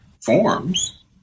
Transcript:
forms